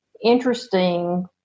interesting